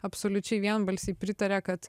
absoliučiai vienbalsiai pritarė kad